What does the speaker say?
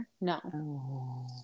no